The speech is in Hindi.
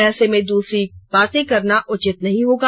ऐसे में दूसरी बातें करना उचित नहीं होगा